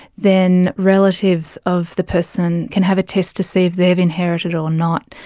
then relatives of the person can have a test to see if they've inherited it or not,